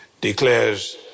declares